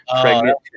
pregnant